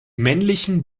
männlichen